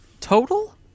total